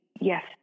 yes